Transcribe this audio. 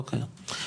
אוקי,